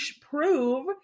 prove